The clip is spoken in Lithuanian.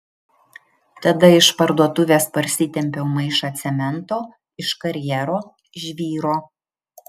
tada iš parduotuvės parsitempiau maišą cemento iš karjero žvyro